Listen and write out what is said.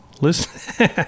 Listen